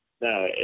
No